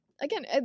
Again